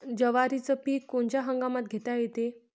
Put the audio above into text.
जवारीचं पीक कोनच्या हंगामात घेता येते?